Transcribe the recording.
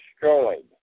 destroyed